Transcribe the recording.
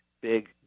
big